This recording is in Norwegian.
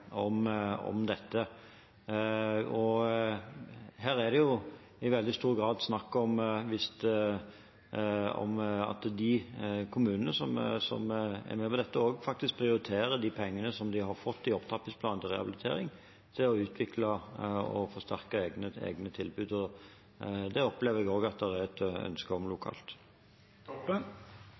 om dette. Her er det jo i veldig stor grad snakk om at kommunene faktisk prioriterer de pengene de har fått gjennom opptrappingsplanen for rehabilitering, til å utvikle og forsterke egne tilbud. Det opplever jeg også at det er et ønske om